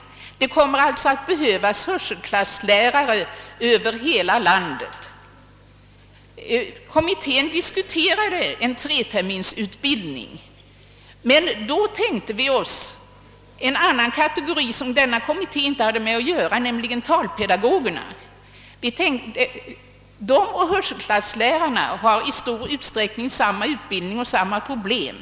Det kommer alltså att behövas hörselklasslärare över hela landet. Kommittén diskuterade en treterminsutbildning och tänkte då också på en annan kategori, som denna kommitté inte hade med att göra, nämligen talpedagogerna, ty dessa och hörselklasslärarna har i stor utsträckning samma utbildning och samma problem.